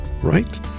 right